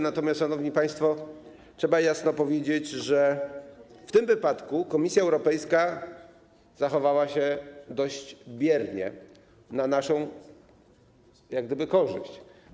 Natomiast, szanowni państwo, trzeba jasno powiedzieć, że w tym wypadku Komisja Europejska zachowała się dość biernie jak gdyby na naszą korzyść.